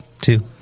two